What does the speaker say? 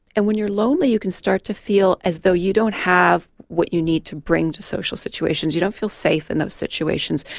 and when you're lonely you can start to feel as though you don't have what you need to bring to social situations, you don't feel safe in those situations.